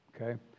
Okay